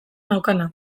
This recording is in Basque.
naukana